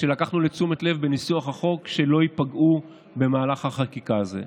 שלקחנו לתשומת הלב בניסוח החוק שלא ייפגעו במהלך החקיקה הזה.